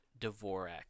Dvorak